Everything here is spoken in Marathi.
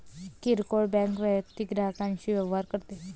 किरकोळ बँक वैयक्तिक ग्राहकांशी व्यवहार करते